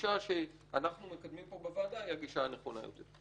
הגישה שאנחנו מקדמים פה בוועדה היא הגישה הנכונה יותר.